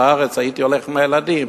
בארץ הייתי הולך עם הילדים,